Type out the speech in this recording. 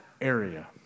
area